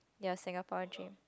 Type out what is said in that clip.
your Singapore dream